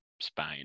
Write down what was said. Spain